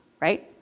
right